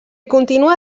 continua